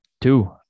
Two